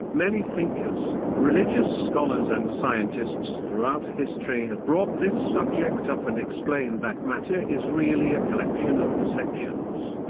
many thinkers, religious scholars and scientists throughout history have brought this subject up and explained that matter is really a collection of perceptions.